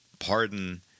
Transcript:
pardon